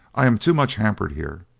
i am too much hampered here.